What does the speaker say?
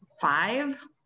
five